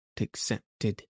accepted